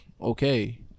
okay